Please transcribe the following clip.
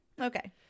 Okay